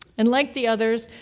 and like the others,